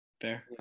fair